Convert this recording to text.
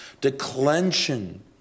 Declension